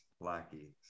lackey